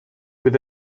with